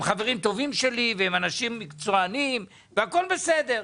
הם חברים טובים שלי, הם אנשים מקצועיים, הכל בסדר,